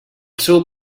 seu